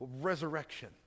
resurrection